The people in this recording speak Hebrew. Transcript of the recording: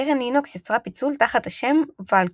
קרן לינוקס יצרה פיצול תחת השם Valkey,